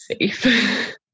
safe